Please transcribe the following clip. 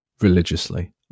religiously